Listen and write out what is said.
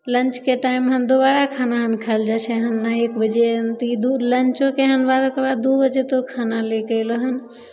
लन्चके time हम दुबारा खाना हँ खाएल जाइ छै हँ एक बजे लन्चो केहन बार कि दुइ बजे तोँ खाना लैके अएलो हँ